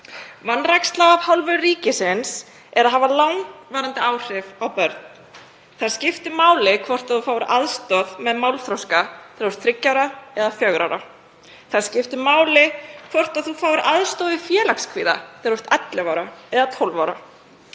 Vanræksla af hálfu ríkisins hefur langvarandi áhrif á börn. Það skiptir máli hvort barn fái aðstoð með málþroska þegar það er þriggja ára eða fjögurra ára. Það skiptir máli hvort þú fáir aðstoð við félagskvíða þegar þú ert 11 ára eða 12 ára.